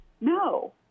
No